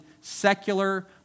secular